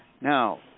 now